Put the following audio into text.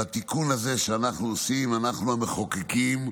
בתיקון הזה שאנחנו עושים, אנחנו המחוקקים,